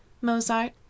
Mozart